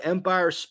Empire